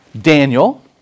Daniel